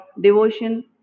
devotion